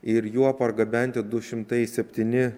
ir juo pargabenti du šimtai septyni